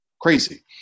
Crazy